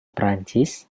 perancis